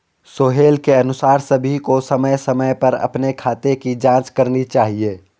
सोहेल के अनुसार सभी को समय समय पर अपने खाते की जांच करनी चाहिए